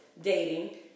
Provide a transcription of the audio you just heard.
dating